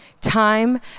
Time